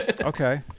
okay